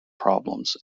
problems